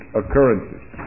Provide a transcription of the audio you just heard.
occurrences